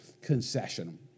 concession